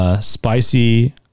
Spicy